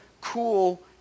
cool